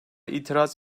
itiraz